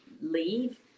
leave